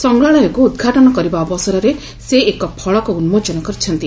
ସଂଗ୍ରାହଳୟକୁ ଉଦ୍ଘାଟନ କରିବା ଅବସରରେ ସେ ଏକ ଫଳକ ଉନ୍ମୋଚନ କରିଛନ୍ତି